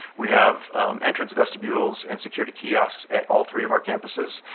we have entrance vestibules and security kiosks at all three of our campuses.